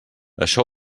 això